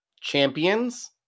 champions